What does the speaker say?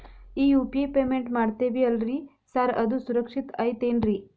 ಈ UPI payment ಮಾಡ್ತೇವಿ ಅಲ್ರಿ ಸಾರ್ ಅದು ಸುರಕ್ಷಿತ್ ಐತ್ ಏನ್ರಿ?